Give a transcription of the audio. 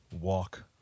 walk